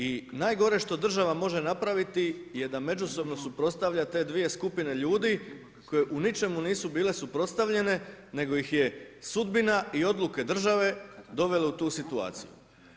I najgore što država može napraviti je da međusobno suprotstavlja te dvije skupine ljudi koje u ničemu nisu bile suprotstavljene nego ih je sudbina i odluke države dovela u tu situaciju.